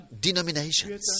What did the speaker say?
denominations